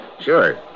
Sure